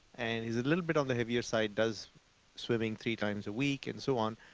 and he's a little bit on the heavier side, does swimming three times a week, and so on.